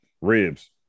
ribs